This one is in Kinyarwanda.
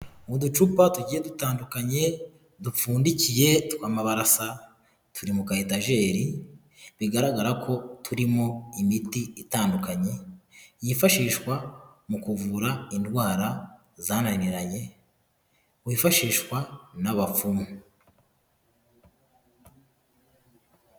Mu ducupa tugiye dutandukanye, dupfundikiye tw'amabara asa, turi mu ka etajeri, bigaragara ko turimo imiti itandukanye, yifashishwa mu kuvura indwara zananiranye, wifashishwa n'abapfumu.